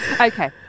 Okay